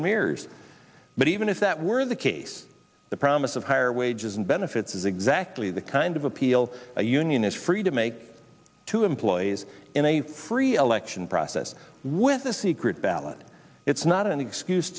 and mirrors but even if that were the case the promise of higher wages and benefits is exactly the kind of appeal a union is free to make to employees in a free election process with a secret ballot it's not an excuse